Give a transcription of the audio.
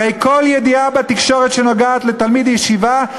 הרי כל ידיעה בתקשורת שנוגעת לתלמיד ישיבה,